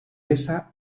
esa